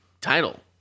title